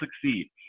succeed